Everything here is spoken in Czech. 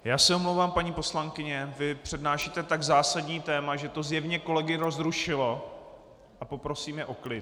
Já se omlouvám, paní poslankyně, vy přednášíte tak zásadní téma, že to zjevně kolegy rozrušilo, a poprosím je o klid.